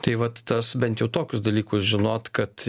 tai vat tas bent jau tokius dalykus žinot kad